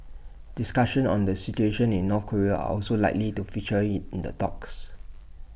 discussions on the situation in North Korea are also likely to feature in in the talks